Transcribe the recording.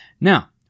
Now